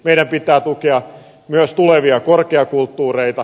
meidän pitää tukea myös tulevia korkeakulttuureita